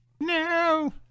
No